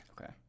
Okay